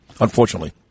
unfortunately